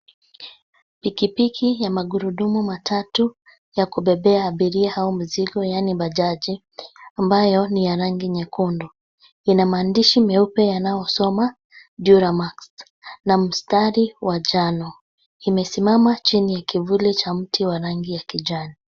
Pikipiki ya magurudumu matatu ya kubebea abiria au mizigo, yaani bajaji, ambayo ni ya rangi nyekundu. Ina mandishi meupe yanayosoma, duramax na mstari wa njano. Imesimama chini ya kivuli cha mti wa rangi ya kijani.